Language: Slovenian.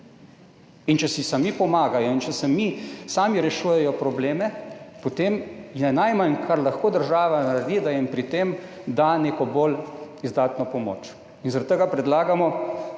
In če si sami pomagajo in če mi sami rešujejo probleme, potem je najmanj, kar lahko država naredi, da jim pri tem da neko bolj izdatno pomoč in zaradi tega predlagamo,